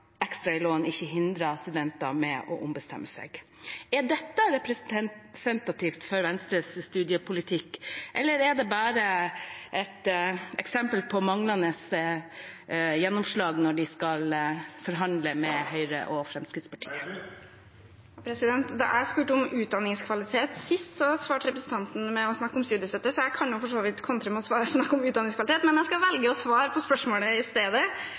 ekstra i lån ikke hindrer studenter i å ombestemme seg. Er dette representativt for Venstres studiepolitikk, eller er det bare et eksempel på manglende gjennomslag når de skal forhandle med Høyre og Fremskrittspartiet? Da jeg spurte om utdanningskvalitet sist, svarte representanten Fagerås med å snakke om studiestøtte, så jeg kan jo for så vidt kontre med å snakke om utdanningskvalitet, men jeg skal velge å svare på spørsmålet i stedet.